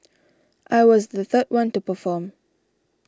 I was the third one to perform